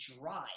drive